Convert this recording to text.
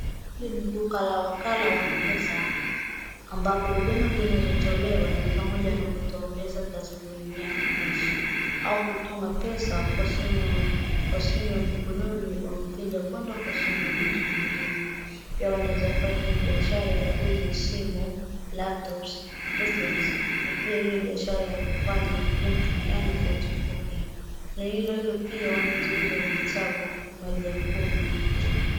Hili ni duka la wakala wa M-pesa, ambapo huduma zinazotolewa ni pamoja na kutoa pesa taslimia yaani cash , au kutuma pesa kwa simu ya mkononi wa mteja kwenda kwa simu ya mtu mwingine. Pia wanaeza fanya io biashara ya kuuza simu laptops , batteries , na pia io biashara ya kufanya printing yaani photocopy . Na hilo hilo pia, wanaeza uza vitabu, maji ya kunywa pia.